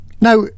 Now